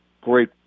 great